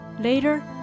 Later